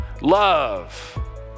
Love